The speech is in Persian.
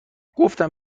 گفتن